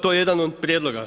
To je jedan od prijedloga.